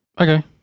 Okay